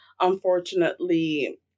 unfortunately